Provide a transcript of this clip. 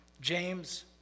James